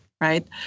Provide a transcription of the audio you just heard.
right